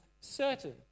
certain